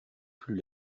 plus